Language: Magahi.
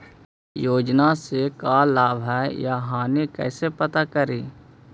योजना से का लाभ है या हानि कैसे पता करी?